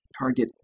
target